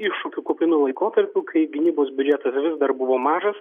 iššūkių kupinu laikotarpiu kai gynybos biudžetas vis dar buvo mažas